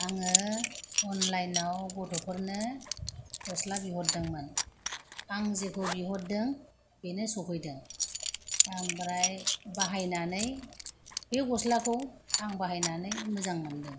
आङो अनलाइनाव गथ'फोरनो गस्ला बिहरदोंमोन आं जिखौ बिहरदों बेनो सफैदों ओमफ्राय बाहायनानै बे गस्लाखौ आं बाहायनानै मोजां मोनदों